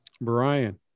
Brian